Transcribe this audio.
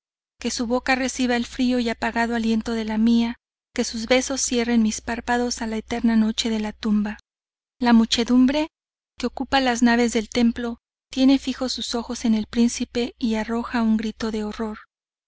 que su boca reciba el frío y apagado aliento de la mía que sus besos cierren mis párpados a la eterna noche de la tumba la muchedumbre que ocupa las naves del templo tiene fijos sus ojos en el príncipe y arroja un grito de horror